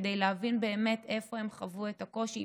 כדי להבין באמת איפה הם חוו את הקושי,